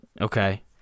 Okay